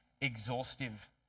exhaustive